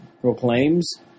proclaims